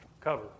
Cover